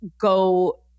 go